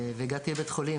והגעתי לבית חולים,